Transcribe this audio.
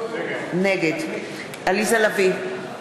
נגד עליזה לביא,